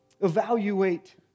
evaluate